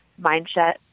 mindset